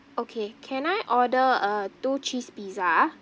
okay can I order a two cheese pizza